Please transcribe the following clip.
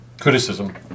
criticism